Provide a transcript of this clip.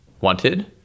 wanted